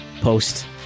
post